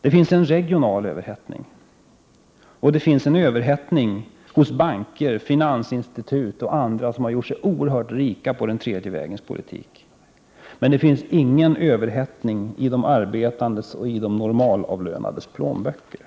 Det finns en regional överhettning och en överhettning hos banker, finansinstitut och andra som har gjort sig oerhört rika på den tredje vägens politik. Men det finns ingen överhettning i de arbetandes och de normalavlönades plånböcker.